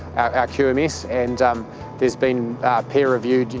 our qms. and there's been peer review,